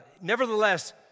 nevertheless